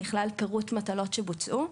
נכלל פירוט מטלות שבוצעו.